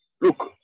look